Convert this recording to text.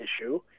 issue